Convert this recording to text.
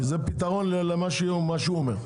כי זה פתרון למה שהוא אומר.